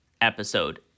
episode